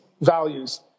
values